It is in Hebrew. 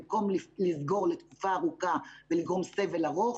במקום לסגור לתקופה ארוכה ולגרום סבל ארוך,